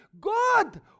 God